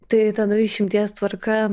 tai tadu išimties tvarka